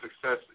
success